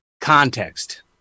context